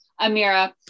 Amira